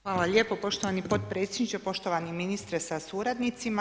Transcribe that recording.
Hvala lijepo poštovani potpredsjedniče, poštovani ministre sa suradnicima.